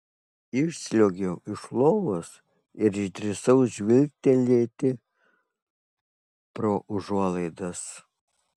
išsliuogiau iš lovos ir išdrįsau žvilgtelėti pro užuolaidas